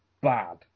bad